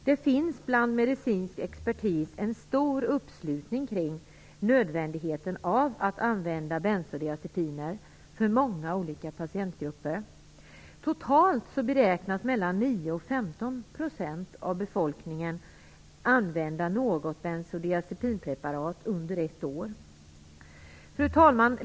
Det finns bland medicinsk expertis en stor uppslutning kring nödvändigheten av att använda bensodiazepiner för många olika patientgrupper. Totalt beräknas mellan 9 och Fru talman!